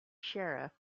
sheriff